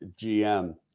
GM